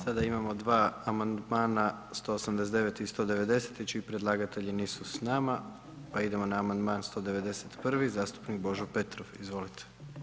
Sada imamo 2 amandmana, 189. i 190. čiji predlagatelji nisu s nama pa idemo na amandman 191. zastupnik Božo Petrov, izvolite.